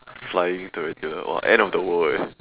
flying tarantula !wah! end of the world eh